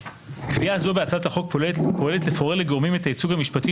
קביעה זו בהצעת החוק פועלת לפורר לגורמים את הייצוג המשפטי